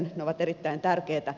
ne ovat erittäin tärkeitä